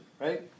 right